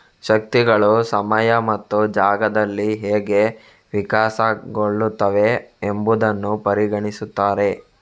ಶಕ್ತಿಗಳು ಸಮಯ ಮತ್ತು ಜಾಗದಲ್ಲಿ ಹೇಗೆ ವಿಕಸನಗೊಳ್ಳುತ್ತವೆ ಎಂಬುದನ್ನು ಪರಿಗಣಿಸುತ್ತಾರೆ